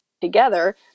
together